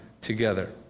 together